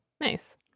nice